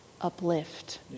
uplift